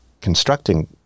constructing